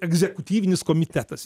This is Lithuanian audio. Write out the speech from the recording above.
egzekutyvinis komitetas